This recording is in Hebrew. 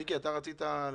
מיקי לוי, אתה רצית להתייחס?